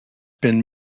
been